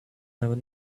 never